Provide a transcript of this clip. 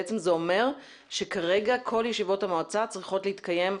בעצם זה אומר שכרגע כל ישיבות המועצה צריכות להתקיים פיזית,